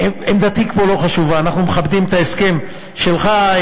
עמדתי פה לא חשובה, אנחנו מכבדים את ההסכם שלך.